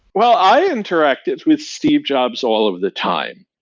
well, i interacted with steve jobs all of the time.